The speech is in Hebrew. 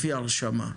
לפי הרשמה.